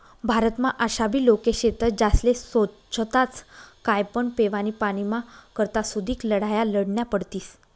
भारतमा आशाबी लोके शेतस ज्यास्ले सोच्छताच काय पण पेवानी पाणीना करता सुदीक लढाया लढन्या पडतीस